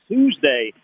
Tuesday